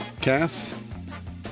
Kath